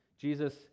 Jesus